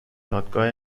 دادگاه